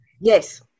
yes